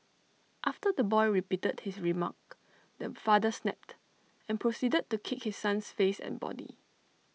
after the boy repeated his remark the father snapped and proceeded to kick his son's face and body